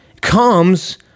comes